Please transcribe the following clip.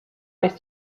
jest